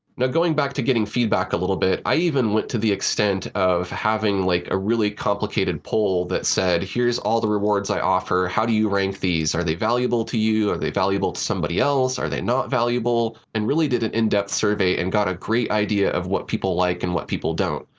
now going back to getting feedback a little bit, i even went to the extent of having like a really complicated poll that said, here's all the rewards i offer. how do you rank these? are they valuable to you? are they valuable to somebody else? are they not valuable? and really did an in-depth survey and got a great idea of what people like and what people don't.